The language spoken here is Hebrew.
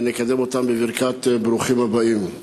נקדם אותם בברכת ברוכים הבאים.